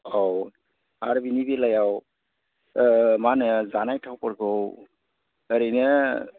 औ आरो बिनि बेलायाव मा होनो जानाय थावफोरखौ ओरैनो